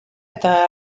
eta